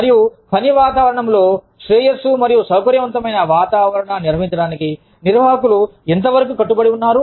మరియు పని వాతావరణంలో శ్రేయస్సు మరియు సౌకర్యవంతమైన వాతావరణాన్ని నిర్వహించడానికి నిర్వాహకులు ఎంత వరకు కట్టుబడి ఉన్నారు